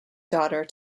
daughter